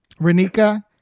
Renika